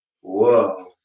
Whoa